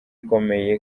ikomeye